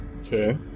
Okay